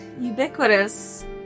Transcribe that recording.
ubiquitous